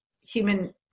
human